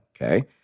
okay